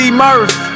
murph